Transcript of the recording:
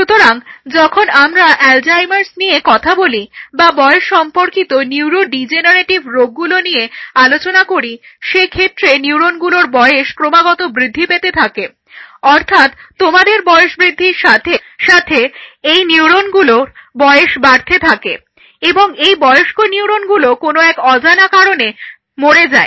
সুতরাং যখন আমরা অ্যালজাইমার্স নিয়ে কথা বলি বা বয়স সম্পর্কিত নিউরো ডিজেনারেটিভ রোগগুলো নিয়ে আলোচনা করি সেক্ষেত্রে নিউরনগুলোর বয়স ক্রমাগত বৃদ্ধি পেতে থাকে অর্থাৎ তোমাদের বয়স বৃদ্ধির সাথে সাথে এই নিউরনগুলোর বয়স বাড়তে থাকে এবং এই বয়স্ক নিউরনগুলো কোনো এক অজানা কারণে মরে যায়